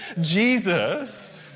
Jesus